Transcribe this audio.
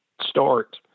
start